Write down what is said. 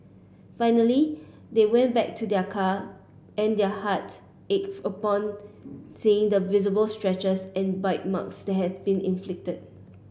finally they went back to their car and their hearts ached upon seeing the visible scratches and bite marks that had been inflicted